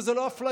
וזאת לא אפליה,